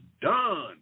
done